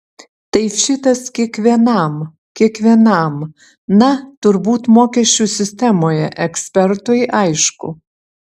tai šitas kiekvienam kiekvienam na turbūt mokesčių sistemoje ekspertui aišku